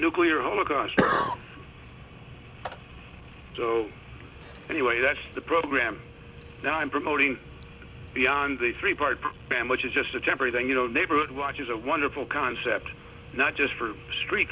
nuclear holocaust so anyway that's the program now i'm promoting beyond the three part ban which is just a temporary thing you know neighborhood watch is a wonderful concept not just for street